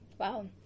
Wow